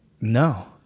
No